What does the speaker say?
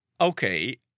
Okay